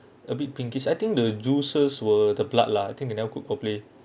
a bit pinkish I think the juices were the blood lah I think they never cook properly